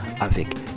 avec